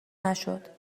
نشد